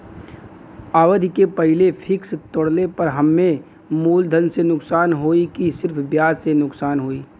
अवधि के पहिले फिक्स तोड़ले पर हम्मे मुलधन से नुकसान होयी की सिर्फ ब्याज से नुकसान होयी?